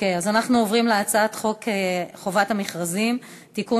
אנחנו עוברים להצעת חוק חובת המכרזים (תיקון